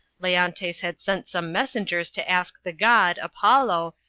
leontes had sent some mes sengers to ask the god, apollo,